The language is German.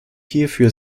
hierfür